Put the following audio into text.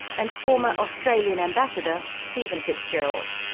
and former australian ambassador, stephen fitzgerald.